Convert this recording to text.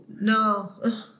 no